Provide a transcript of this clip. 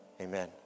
Amen